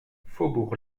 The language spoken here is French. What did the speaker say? faubourg